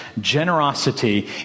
generosity